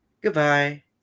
Goodbye